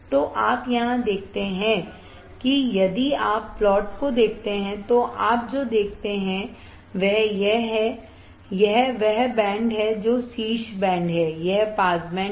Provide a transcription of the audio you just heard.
तो आप यहां देखते हैं कि यदि आप प्लॉट देखते हैं तो आप जो देखते हैं वह यह है यह बैंड है जो शीर्ष बैंड है यह पास बैंड है